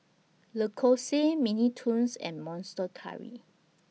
Lacoste Mini Toons and Monster Curry